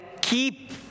keep